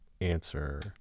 answer